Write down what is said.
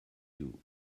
you